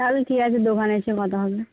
তাহলে ঠিক আছে দোকানে এসে কথা হবে